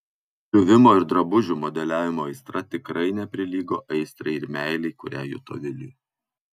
siuvimo ir drabužių modeliavimo aistra tikrai neprilygo aistrai ir meilei kurią juto viliui